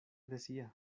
decía